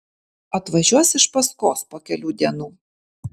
atvažiuos iš paskos po kelių dienų